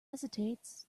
hesitates